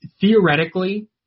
theoretically